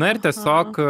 na ir tiesiog